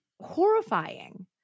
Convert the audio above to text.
Horrifying